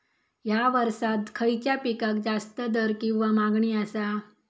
हया वर्सात खइच्या पिकाक जास्त दर किंवा मागणी आसा?